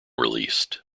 released